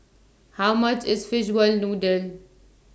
How much IS Fishball Noodle